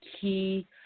key